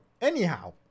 Anyhow